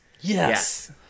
Yes